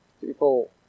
People